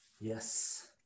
yes